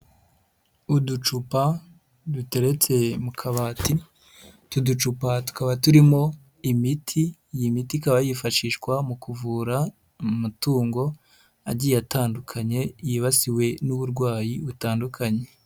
Uducupa duterekeye mu kabati, utu ducupa tukaba turimo imiti, iyi miti ikaba yifashishwa mu kuvura amatungo agiye atandukanye yibasiwe n'uburwayi butandukanye.